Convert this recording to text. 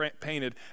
painted